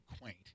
quaint